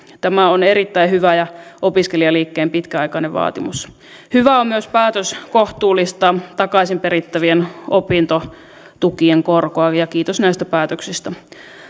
tämä on erittäin hyvä asia ja opiskelijaliikkeen pitkäaikainen vaatimus hyvää on myös päätös kohtuullistaa takaisinperittävien opintotukien korkoa ja kiitos näistä päätöksistä